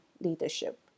leadership